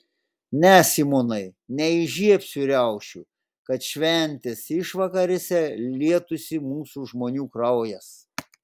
ne simonai neįžiebsiu riaušių kad šventės išvakarėse lietųsi mūsų žmonių kraujas